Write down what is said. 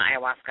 ayahuasca